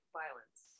violence